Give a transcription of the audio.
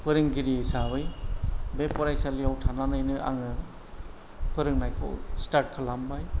फोरोंगिरि हिसाबै बे फरायसालियाव थानानैनो आङो फोरोंनायखौ स्टार्ट खालामबाय